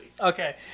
Okay